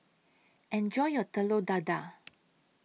Enjoy your Telur Dadah